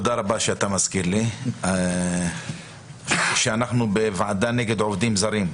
תודה רבה שאתה מזכיר לי שאנחנו בוועדה נגד עובדים זרים.